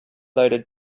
loaded